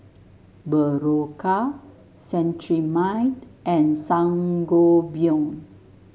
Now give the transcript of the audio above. Berocca Cetrimide and Sangobion